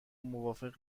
موافق